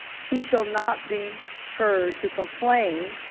he shall not be heard to complain,